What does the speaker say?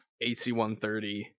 AC-130